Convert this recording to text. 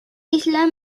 isla